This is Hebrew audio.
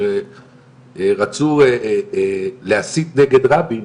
כשרצו להסית נגד רבין,